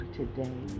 today